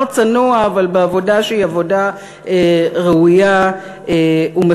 צנוע אבל בעבודה שהיא עבודה ראויה ומכובדת.